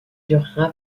durera